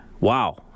Wow